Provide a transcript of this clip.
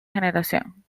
generación